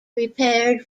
repaired